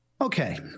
Okay